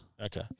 Okay